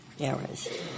errors